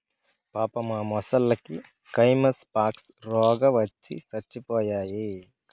పాపం ఆ మొసల్లకి కైమస్ పాక్స్ రోగవచ్చి సచ్చిపోయాయి